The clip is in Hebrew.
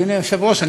אדוני היושב-ראש,